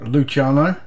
Luciano